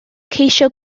ceisio